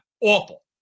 Awful